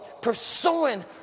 pursuing